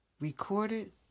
recorded